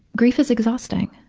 grief is exhausting,